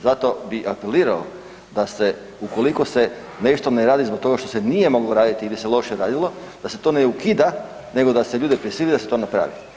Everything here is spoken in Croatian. Zato bi apelirao da se ukoliko se nešto ne radi zbog toga što se nije moglo raditi ili se loše radilo, da se ne ukida nego da se ljude prisili da se to napravi.